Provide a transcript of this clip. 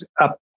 up